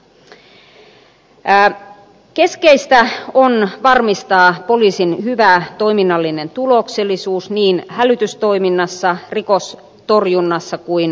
keskeistä on varmistaa poliisin hyvä toiminnallinen tuloksellisuus niin hälytystoiminnassa rikostorjunnassa kuin lupapalveluissa jatkossakin